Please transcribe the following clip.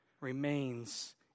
remains